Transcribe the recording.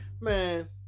man